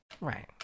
Right